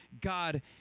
God